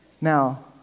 Now